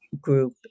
group